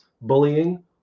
bullying